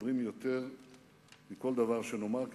מדברים יותר מכל דבר שנאמר כאן,